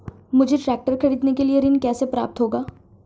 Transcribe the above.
मुझे ट्रैक्टर खरीदने के लिए ऋण कैसे प्राप्त होगा?